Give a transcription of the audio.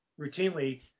routinely